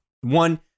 one